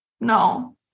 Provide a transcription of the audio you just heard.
no